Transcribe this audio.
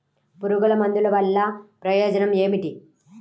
పురుగుల మందుల వల్ల ప్రయోజనం ఏమిటీ?